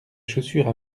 chaussures